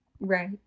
Right